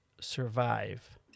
survive